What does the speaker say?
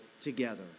together